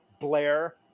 Blair